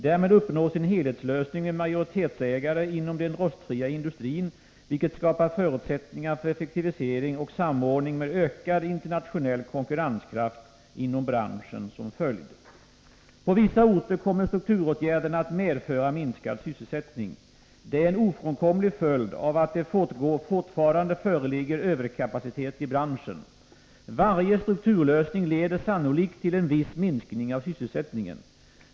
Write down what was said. Därmed uppnås en helhetslösning med majoritetsägare inom den rostfria industrin, vilket skapar förutsättningar för effektivisering och samordning med ökad internationell konkurrenskraft inom branschen som följd. På vissa orter kommer strukturåtgärderna att medföra minskad sysselsättning. Det är en ofrånkomlig följd av att det fortfarande föreligger överkapacitet i branschen. Varje strukturlösning leder sannolikt till en viss minskning av sysselsättningen.